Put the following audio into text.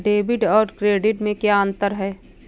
Debit और credit में क्या अंतर है?